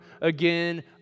again